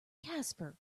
casper